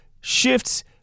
shifts